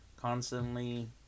Constantly